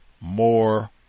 more